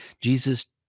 jesus